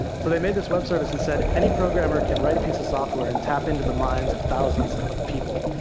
so they made this web service and said, any programmer can write a piece of software and tap into the minds of thousands of people.